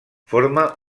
forma